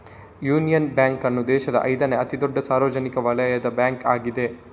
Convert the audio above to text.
union Bank ಅನ್ನು ದೇಶದ ಐದನೇ ಅತಿ ದೊಡ್ಡ ಸಾರ್ವಜನಿಕ ವಲಯದ ಬ್ಯಾಂಕ್ ಆಗಿದೆ